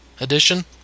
edition